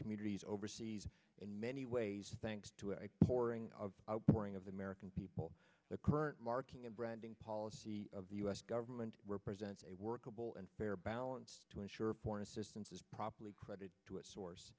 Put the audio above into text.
communities overseas in many ways thanks to a pouring of outpouring of the american people the current marketing and branding policy of the us government represents a workable and fair balance to ensure porn assistance is properly credit to a source